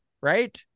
right